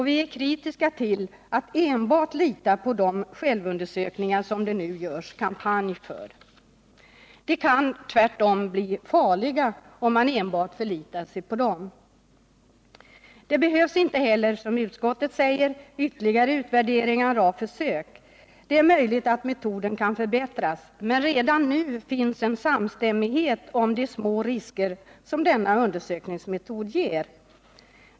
Vi är kritiska till att enbart lita på de självundersökningar som det nu görs kampanj för. De kan tvärtom bli farliga, om man enbart förlitar sig på dem. Det behövs inte heller, som utskottet säger, ytterligare utvärderingar av försök. Det är möjligt att metoden kan förbättras, men redan nu finns en samstämmighet om de små risker som denna undersökningsmetod ger.